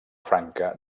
franca